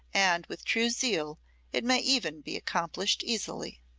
and with true zeal it may even be accomplished easily.